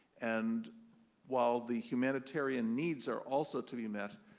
and while the humanitarian needs are also to be met,